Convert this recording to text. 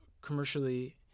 commercially